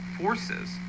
forces